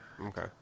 Okay